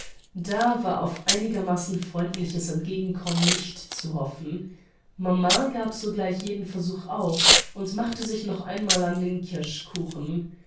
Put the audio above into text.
da war auf einigermassen freundliches entgegenkommen nicht zu hoffen mama gab sogleich jeden versuch auf und machte sich noch einmal an den kirschkuchen